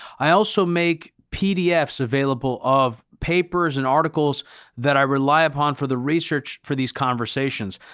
i also make pdfs available of papers and articles that i rely upon for the research for these conversations.